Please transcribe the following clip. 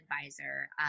advisor